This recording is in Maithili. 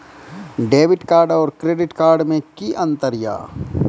डेबिट कार्ड और क्रेडिट कार्ड मे कि अंतर या?